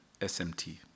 SMT